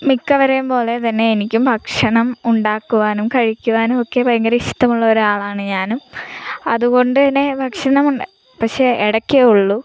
മിക്കവരെയും പോലെ തന്നെ എനിക്കും ഭക്ഷണം ഉണ്ടാക്കുവാനും കഴിക്കുവാനും ഒക്കെ ഭയങ്കര ഇഷ്ടമുള്ള ഒരാളാണ് ഞാനും അതുകൊണ്ട് തന്നെ ഭക്ഷണം ഉണ് പക്ഷേ അത് ഇടയ്ക്കേ ഉള്ളൂ